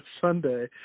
Sunday